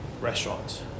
restaurants